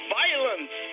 violence